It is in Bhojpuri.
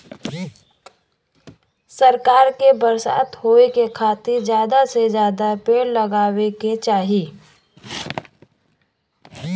सरकार के बरसात होए के खातिर जादा से जादा पेड़ लगावे के चाही